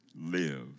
live